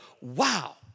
wow